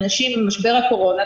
אנשים במשבר הקורונה,